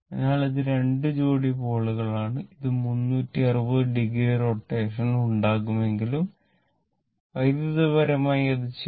എന്നാൽ ഇത് 2 ജോഡി പോളുകളാണ് ഇത് 360 ഡിഗ്രി റൊട്ടേഷൻ ഉണ്ടാക്കുമെങ്കിലും വൈദ്യുതപരമായി അത് ചെയ്യില്ല